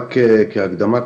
רק כהקדמה קצרה,